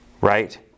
right